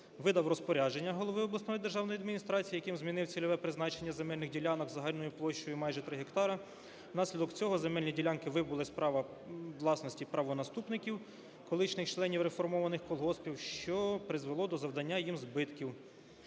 видав розпорядження голови обласної державної адміністрації, яким змінив цільове призначення земельних ділянок загальною площею майже 3 гектара. Внаслідок цього земельні ділянки вибули з права власності правонаступників, колишніх членів реформованих колгоспів, що призвело до завдання їм збитків.